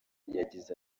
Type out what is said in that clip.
yagize